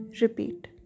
repeat